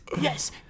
yes